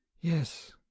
Yes